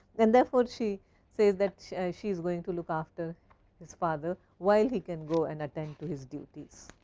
and therefore, she says that she is going to look after his father while he can go and attend to his duties.